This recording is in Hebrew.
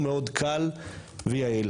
הוא מאוד קל ויעיל.